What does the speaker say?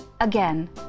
Again